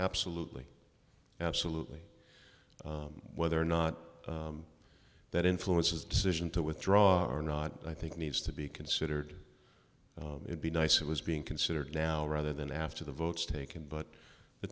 absolutely absolutely whether or not that influences decision to withdraw or not i think needs to be considered it be nice it was being considered now rather than after the votes taken but the